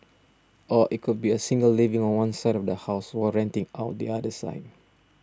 or it could be a single living on one side of the house while renting out the other side